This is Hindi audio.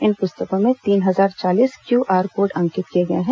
इन प्रस्तकों में तीन हजार चालीस क्यूआर कोड अंकित किए गए हैं